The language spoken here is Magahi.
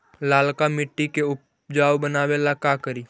लालका मिट्टियां के उपजाऊ बनावे ला का करी?